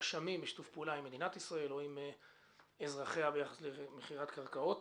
שמואשמים בשיתוף פעולה עם מדינת ישראל או עם אזרחיה ביחס למכירת קרקעות.